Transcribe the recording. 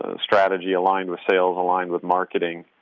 ah strategy aligned with sales, aligned with marketing,